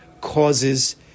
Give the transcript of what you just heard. causes